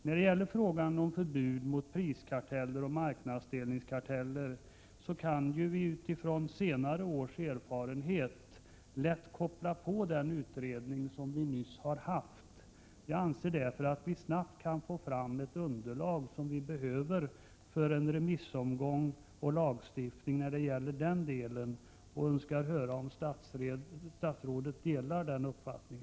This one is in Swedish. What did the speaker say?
När det gäller frågan om förbud mot priskarteller och marknadsdelningskarteller kan vi ju utifrån senare års erfarenhet lätt koppla på den utredning som nyligen har gjorts. Jag anser att vi därför snabbt kan få fram det underlag som vi behöver för en remissomgång och en lagstiftning när det gäller denna del. Jag önskar höra om statsrådet delar min uppfattning.